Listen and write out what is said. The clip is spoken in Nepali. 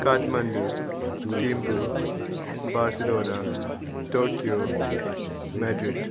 Kathmandu Thimphu Barcelona Tokyo Madrid